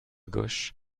gauche